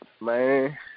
Man